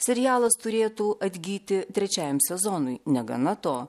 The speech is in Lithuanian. serialas turėtų atgyti trečiajam sezonui negana to